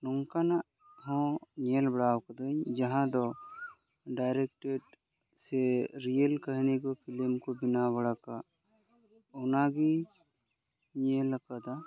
ᱱᱚᱝᱠᱟᱱᱟᱜ ᱦᱚᱸ ᱧᱮᱞ ᱵᱟᱲᱟᱣ ᱟᱠᱟᱫᱟᱹᱧ ᱡᱟᱦᱟᱸ ᱫᱚ ᱰᱟᱭᱨᱮᱠᱴᱮᱰ ᱥᱮ ᱨᱤᱭᱮᱞ ᱠᱟᱹᱦᱱᱤ ᱠᱚ ᱯᱷᱤᱞᱤᱢ ᱠᱚ ᱵᱮᱱᱟᱣ ᱵᱟᱲᱟᱣ ᱟᱠᱟᱫ ᱚᱱᱟ ᱜᱮ ᱧᱮᱞ ᱟᱠᱟᱫᱟ